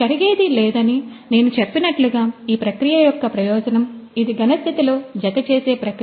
కరిగేది లేదని నేను చెప్పినట్లుగా ఈ ప్రక్రియ యొక్క ప్రయోజనం ఇది ఘనస్థితి లో జతచేసే ప్రక్రియ